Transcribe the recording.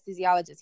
anesthesiologist